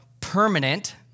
permanent